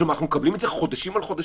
אנחנו מקבלים את זה חודשים על חודשים,